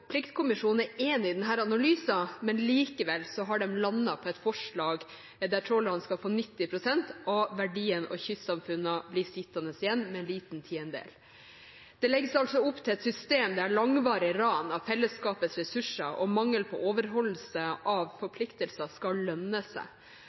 Pliktkommisjonen er enig i denne analysen, men likevel har de landet på et forslag der trålerne skal få 90 pst. av verdien og kystsamfunnene blir sittende igjen med en liten tiendedel. Det legges altså opp til et system der langvarig ran av fellesskapets ressurser og mangel på overholdelse av